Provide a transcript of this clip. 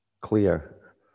clear